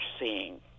seeing